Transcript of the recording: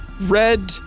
Red